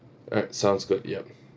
alright sounds good yup